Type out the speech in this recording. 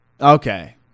Okay